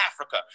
Africa